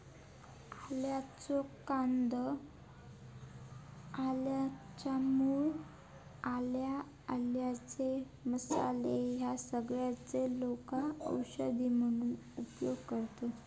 आल्याचो कंद, आल्याच्या मूळ, आला, आल्याचे मसाले ह्या सगळ्यांचो लोका औषध म्हणून उपयोग करतत